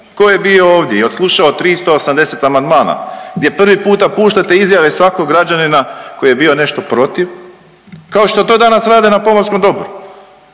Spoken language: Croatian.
Tko je bio ovdje i odslušao 380 amandmana gdje prvi puta puštate izjave svakog građanina koji je bio nešto protiv kao što to danas rade na pomorskom dobru.